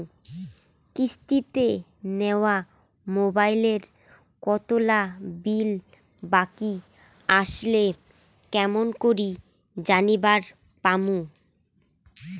কিস্তিতে নেওয়া মোবাইলের কতোলা বিল বাকি আসে কেমন করি জানিবার পামু?